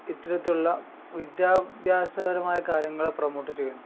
ഇത്തരത്തിലുള്ള വിദ്യാഭ്യാസകരമായ കാര്യങ്ങളെ പ്രൊമോട്ട് ചെയ്യുന്നു